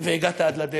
והגעת עד לדלת.